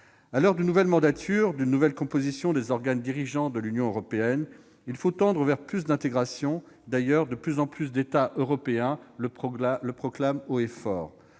À l'heure d'une nouvelle mandature et d'une nouvelle composition des organes dirigeants de l'Union européenne, il faut tendre vers plus d'intégration, ainsi, d'ailleurs, que de plus en plus d'États européens le proclament haut et fort.